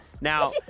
Now